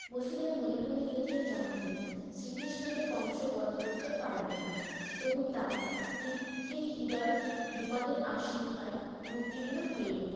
বসুদেব মনে মনে যদিও জানতেন শ্রীকৃষ্ণকে কংস বধ করতে পারবে না তবু তার পিতৃ হৃদয় বিপদের আশঙ্কায় উদ্বিগ্ন হয়ে রইল